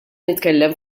nitkellem